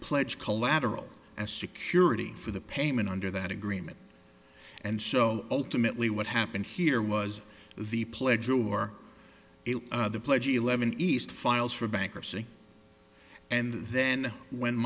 pledge collateral as security for the payment under that agreement and so ultimately what happened here was the pledge or the pledge eleven east files for bankruptcy and then when